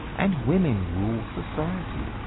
and women rule society.